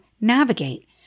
navigate